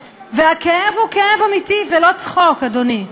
והכאב הוא כאב אמיתי, ולא צחוק, אדוני.